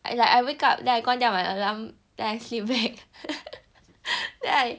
I like I wake up then I 关掉 my alarm then I sleep back then I